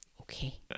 Okay